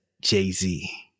Jay-Z